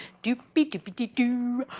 dooby doobity doo!